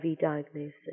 diagnosis